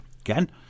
Again